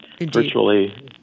virtually